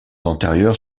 antérieurs